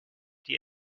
die